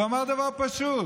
הוא אמר דבר פשוט: